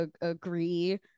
agree